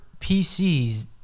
pcs